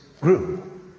grew